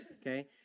Okay